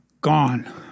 gone